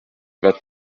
vingt